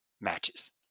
matches